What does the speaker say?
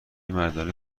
مردانه